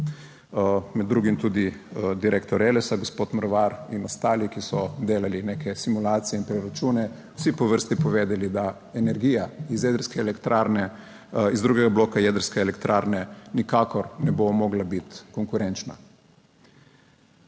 med drugim tudi direktor Elesa, gospod Mrvar in ostali, ki so delali neke simulacije in preračune, vsi po vrsti povedali, da energija iz jedrske elektrarne, iz drugega bloka jedrske elektrarne nikakor ne bo mogla biti konkurenčna.